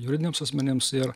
juridiniams asmenims ir